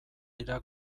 dira